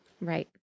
Right